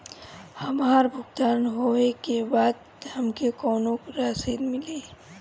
हमार भुगतान होबे के बाद हमके कौनो रसीद मिली?